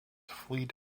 fleet